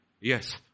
Yes